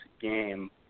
game